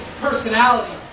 personality